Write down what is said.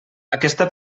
aquesta